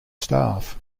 staff